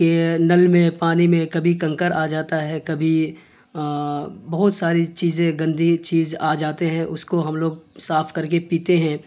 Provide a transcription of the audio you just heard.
کے نل میں پانی میں کبھی کنکر آ جاتا ہے کبھی بہت ساری چیزیں گندی چیز آ جاتے ہیں اس کو ہم لوگ صاف کر کے پیتے ہیں